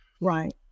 Right